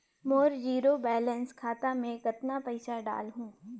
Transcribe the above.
मोर zero balance खाता मे कतना पइसा डाल हूं?